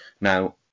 Now